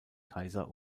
kaiser